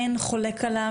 אין חולק עליו,